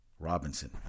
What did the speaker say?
Robinson